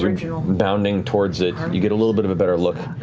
you're bounding towards it you get a little bit of a better look.